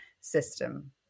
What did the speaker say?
system